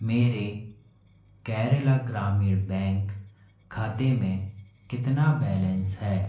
मेरे केरला ग्रामीण बैंक खाते में कितना बैलेंस है